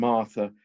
Martha